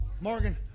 Morgan